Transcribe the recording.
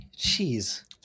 Jeez